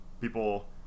People